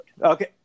Okay